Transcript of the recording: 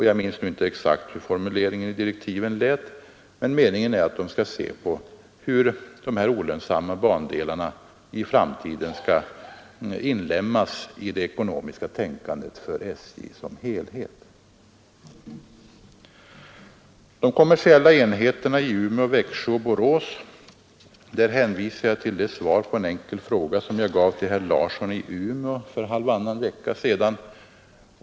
Jag minns inte exakt hur formuleringen i direktiven är, men meningen är att utredningen skall se på hur de olönsamma bandelarna i framtiden skall inlemmas i det ekonomiska tänkandet för SJ som helhet. Vad beträffar de kommersiella enheterna i Umeå, Växjö och Borås vill jag hänvisa till det svar jag gav på en enkel fråga av herr Larsson i Umeå för halvannan vecka sedan.